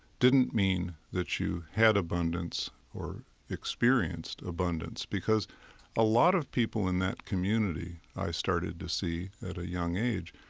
didn't mean that you had abundance or experienced abundance, because a lot of people in that community, i started to see at a young age,